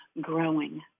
growing